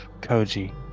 Koji